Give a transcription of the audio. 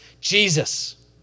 Jesus